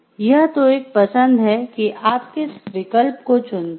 यह तो एक पसंद है कि आप किस विकल्प को चुनते हैं